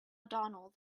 donald